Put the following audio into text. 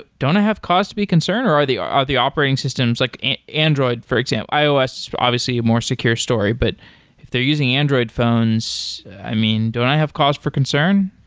ah don't i have cause to be concerned, or are the are the operating systems like and android for example, ios obviously a more secure story, but if they're using android phones, i mean, don't i have cause for concern?